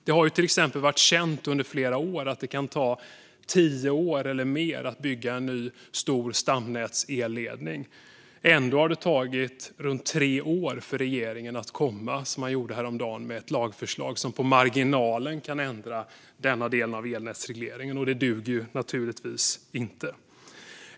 Det har varit känt i flera år att det kan ta tio år eller mer att bygga en ny stamnätselledning. Ändå tog det tre år för regeringen innan man häromdagen kom med ett lagförslag som på marginalen kan ändra denna del av elnätsregleringen. Det duger givetvis inte.